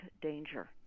danger